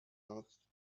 asked